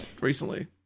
recently